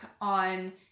on